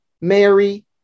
Mary